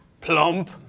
plump